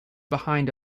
behind